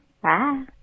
Bye